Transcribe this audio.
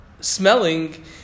smelling